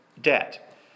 Debt